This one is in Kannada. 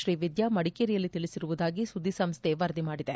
ಶ್ರೀ ವಿದ್ಯಾ ಮಡಿಕೇರಿಯಲ್ಲಿ ತಿಳಿಸಿರುವುದಾಗಿ ಸುದ್ದಿ ಸಂಸ್ಥೆ ವರದಿ ಮಾಡಿದೆ